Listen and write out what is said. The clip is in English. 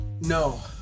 No